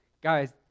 Guys